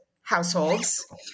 households